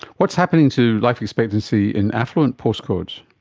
what's happening to life expectancy in affluent postcodes?